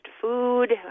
food